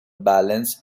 balance